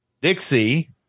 Dixie